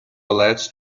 alleged